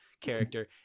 character